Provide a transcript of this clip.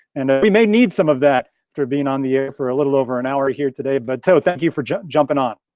and we may need some of that through being on the air for a little over an hour here today. but tho, thank you for jumping on.